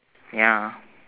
ya